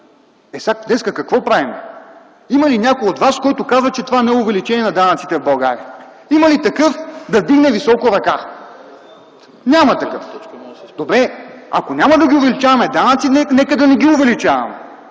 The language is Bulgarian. Ами, днес какво правим? Има ли някой от вас, който да казва, че това не е увеличение на данъците в България? Има ли такъв – да вдигне високо ръка? Няма такъв! Добре, ако няма да увеличаваме данъци, нека да не ги увеличаваме.